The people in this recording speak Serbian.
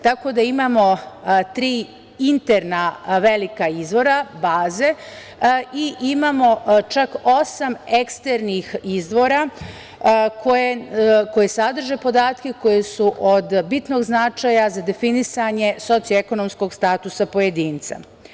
Tako da, imamo tri interna velika izvora, baze i imamo čak osam eksternih izvora koji sadrže podatke koji su od bitnog značaja za definisanje sociekonomskog statusa pojedinca.